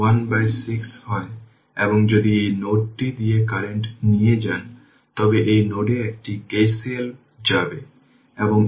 সুতরাং যদি সুইচটি দীর্ঘ সময়ের জন্য ওপেন থাকে তবে প্রথমে আমাকে সেই ইনিশিয়াল কন্ডিশনটি দেখতে হবে